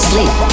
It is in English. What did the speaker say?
Sleep